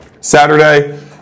Saturday